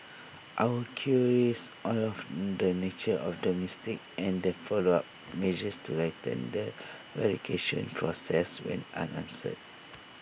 our queries on of the nature of the mistake and the follow up measures to tighten the verification process went unanswered